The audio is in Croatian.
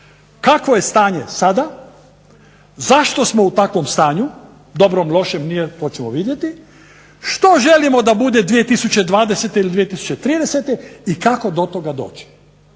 kakvo je stanje sada, zašto smo u takvom stanju, dobrom, lošem, to ćemo vidjeti, što želimo da bude 2020. ili 2030. i kako do toga doći.